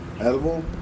Edible